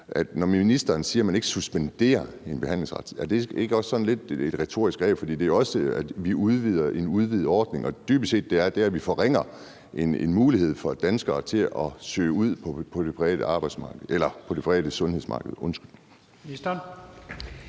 når ministeren siger, at man ikke suspenderer en behandlingsret, så ikke sådan lidt er et retorisk greb. For det er også, at man udvider en udvidet ordning og dybest set forringer en mulighed for danskere til at søge ud på det private sundhedsmarked. Kl.